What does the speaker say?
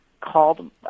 called